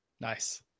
Nice